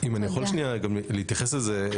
אם אני יכול שנייה גם להתייחס לזה.